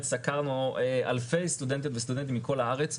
סקרנו אלפי סטודנטיות וסטודנטים מכל הארץ,